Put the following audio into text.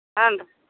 ಹಾಂ ರೀ